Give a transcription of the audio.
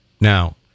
Now